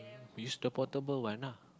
use the portable one ah